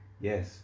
Yes